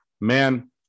man